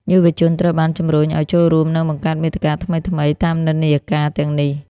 យុវជនត្រូវបាន ជំរុញឱ្យចូលរួម និងបង្កើតមាតិកាថ្មីៗ តាមនិន្នាការទាំងនេះ។